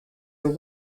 are